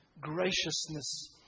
graciousness